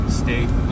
state